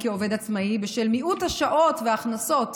כעובד עצמאי בשל מיעוט השעות וההכנסות